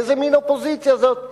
איזה מין אופוזיציה זאת?